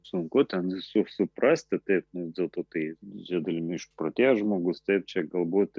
sunku ten juk suprasti taip vis dėlto tai didžia dalimi išprotėjęs žmogus taip čia galbūt